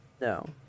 No